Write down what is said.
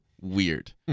weird